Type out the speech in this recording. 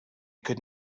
could